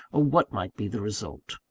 or what might be the result.